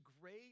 great